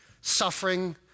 suffering